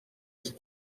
است